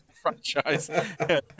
franchise